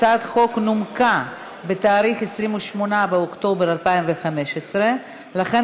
הצעת החוק נומקה ב-28 באוקטובר 2015. לכן